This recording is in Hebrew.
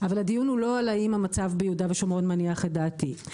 אבל הדיון הוא לא על האם המצב ביהודה ושומרון מניח את דעתי.